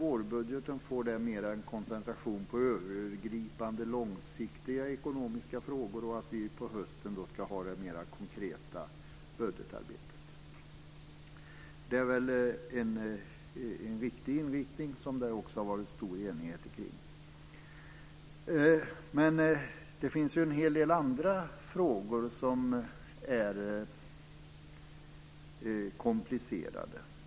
Vårbudgeten får därmed mera en koncentration på övergripande långsiktiga ekonomiska frågor, medan vi på hösten ska ha det mera konkreta budgetarbetet. Det är en viktig inriktning, som det också har varit en god enighet kring. Men det finns en hel del andra frågor som är komplicerade.